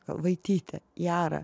kalvaitytė jara